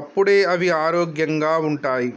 అప్పుడే అవి ఆరోగ్యంగా ఉంటాయి